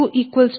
01B220